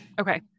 Okay